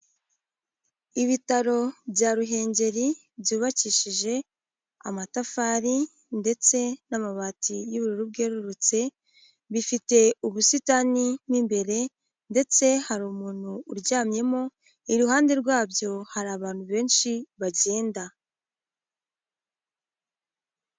Ibitaro bya Ruhengeri byubakishije amatafari ndetse n'amabati y'ubururu bwerurutse, bifite ubusitani mo imbere ndetse hari umuntu uryamyemo, iruhande rwabyo hari abantu benshi bagenda.